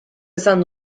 esan